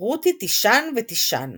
רותי תישן ותישן